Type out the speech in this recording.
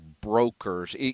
brokers